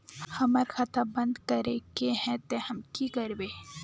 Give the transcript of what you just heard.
हमर खाता बंद करे के है ते हम की करबे?